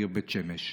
העיר בית שמש.